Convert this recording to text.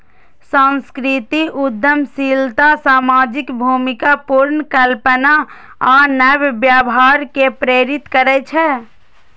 सांस्कृतिक उद्यमशीलता सामाजिक भूमिका पुनर्कल्पना आ नव व्यवहार कें प्रेरित करै छै